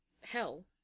hell